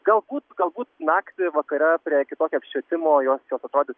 galbūt galbūt naktį vakare prie kitokio apšvietimo jos jos atrodys